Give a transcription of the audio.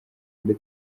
mbi